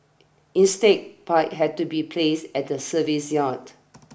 instead pipes had to be placed at the service yard